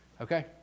okay